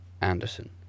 Anderson